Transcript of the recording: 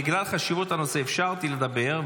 בגלל חשיבות הנושא אפשרתי לדבר,